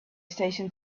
station